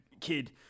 kid